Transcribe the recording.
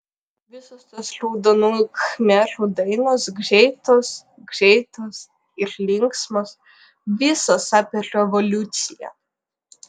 visos tos raudonųjų khmerų dainos greitos greitos ir linksmos visos apie revoliuciją